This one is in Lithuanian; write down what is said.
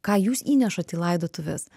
ką jūs įnešat į laidotuves